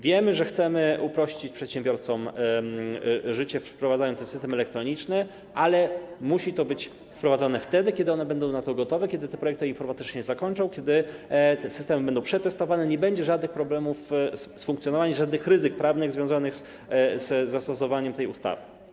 Wiemy, że chcemy uprościć przedsiębiorcom życie, wprowadzając system elektroniczny, ale musi to być wprowadzane wtedy, kiedy oni będą na to gotowi, kiedy te projekty informatyczne się zakończą, kiedy te systemy będą przetestowane i nie będzie żadnych problemów z funkcjonowaniem, żadnych ryzyk prawnych związanych ze stosowaniem tej ustawy.